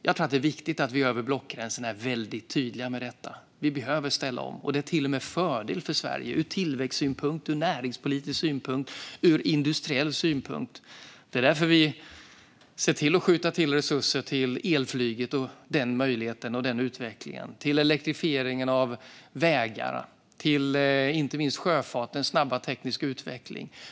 Jag tror att det är viktigt att vi över blockgränserna är väldigt tydliga med detta. Vi behöver ställa om. Det är till och med en fördel för Sverige, ur tillväxtsynpunkt, ur näringspolitisk synpunkt och ur industriell synpunkt. Det är därför vi skjuter till resurser till elflygets utveckling och möjligheter, till elektrifieringen av vägar och inte minst till sjöfartens snabba tekniska utveckling.